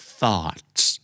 thoughts